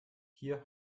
hier